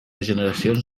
generacions